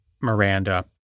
miranda